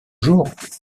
jours